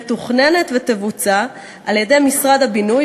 מתוכננות ויבוצעו על-ידי משרד הבינוי